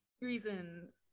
reasons